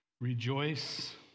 Rejoice